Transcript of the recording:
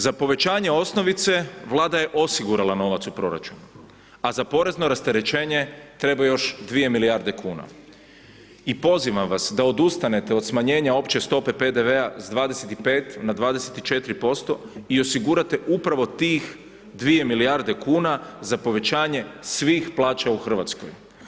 Za povećanje osnovice Vlada je osigurala novac u proračunu, a za porezno rasterećenje treba još 2 milijarde kuna i pozivam vas da odustanete od smanjenja opće stope PDV-a s 25 na 24% i osigurate upravo tih 2 milijarde kuna za povećanje svih plaća u Hrvatskoj.